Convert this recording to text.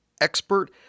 expert